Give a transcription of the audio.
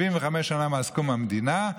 75 שנה מאז קום המדינה,